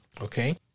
Okay